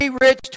rich